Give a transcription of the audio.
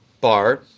bar